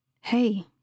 Hey